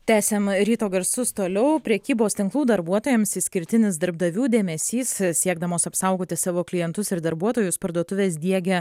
tęsiam ryto garsus toliau prekybos tinklų darbuotojams išskirtinis darbdavių dėmesys siekdamos apsaugoti savo klientus ir darbuotojus parduotuvės diegia